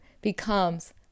becomes